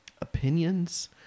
opinions